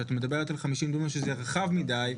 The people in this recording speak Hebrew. שאת מדברת על 50 דונם שזה רחב מידי,